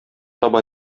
таба